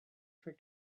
for